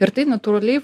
ir tai natūraliai